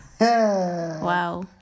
Wow